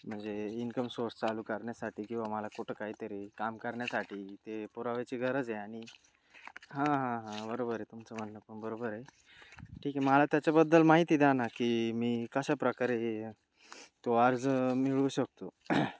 म्हणजे income source चालू करण्यासाठी किंवा मला कुठं काहीतरी काम करण्यासाठी ते पुराव्याची गरज आहे आनि हां हां हां बरोबर आहे तुमचं म्हणणं पण बरोबर आहे ठीक आहे मला त्याच्याबद्दल माहिती द्या ना की मी कशा प्रकारे तो अर्ज मिळवू शकतो